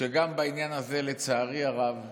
שגם בעניין הזה, לצערי הרב,